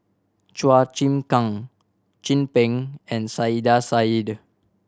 Chua Chim Kang Chin Peng and Saiedah Said